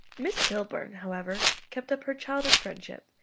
miss kilburn, however, kept up her childhood friendships,